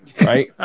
Right